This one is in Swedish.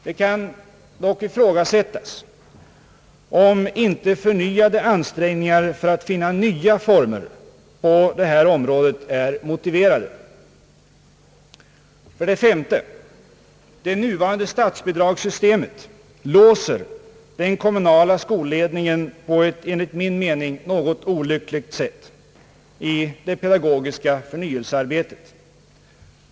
Det kan dock ifrågasättas, om inte förnyade ansträngningar för att finna nya former på det här området är motiverade. 5) Det nuvarande statsbidragssystemet låser den kommunala skolledningen på ett enligt min mening något olyckligt sätt i det pedagogiska förnyelsearbetet.